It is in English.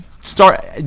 start